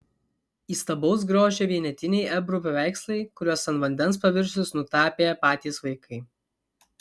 įstabaus grožio vienetiniai ebru paveikslai kuriuos ant vandens paviršiaus nutapė patys vaikai